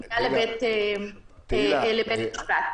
לבית-משפט.